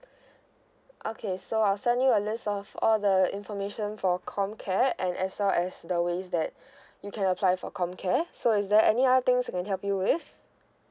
okay so I'll send you a list of all the information for comcare and as well as the ways that you can apply for comcare so is there any other things I can help you with